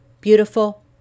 beautiful